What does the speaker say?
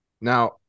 Now